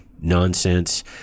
nonsense